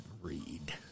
read